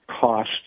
cost